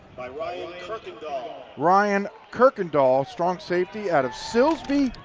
by ryan kirkendall. ryan kirkendall, strong safety out of silsbee,